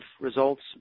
Results